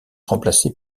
remplacé